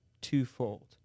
twofold